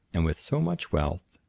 and with so much wealth,